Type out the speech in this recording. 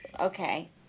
Okay